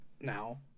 now